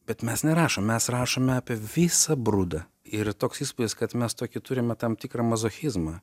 bet mes nerašom mes rašome apie visą brudą ir toks įspūdis kad mes tokį turime tam tikrą mazochizmą